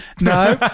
no